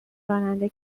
راننده